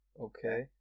Okay